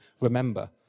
remember